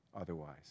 otherwise